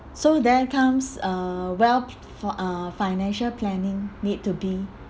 so there comes uh wealth f~ uh financial planning need to be